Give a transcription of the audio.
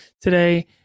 today